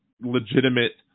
legitimate